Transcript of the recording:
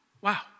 Wow